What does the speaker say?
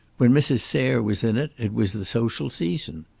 when mrs. sayre was in it, it was the social season.